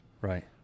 Right